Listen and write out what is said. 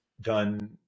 done